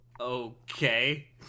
okay